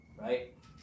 right